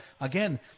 again